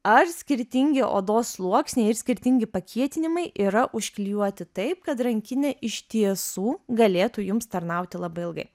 ar skirtingi odos sluoksniai ir skirtingi pakietinimai yra užklijuoti taip kad rankinė iš tiesų galėtų jums tarnauti labai ilgai